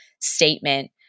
statement